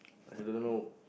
I also don't know